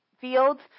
fields